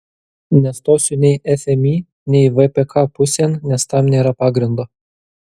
nestosiu nei fmį nei vpk pusėn nes tam nėra pagrindo